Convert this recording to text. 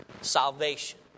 salvation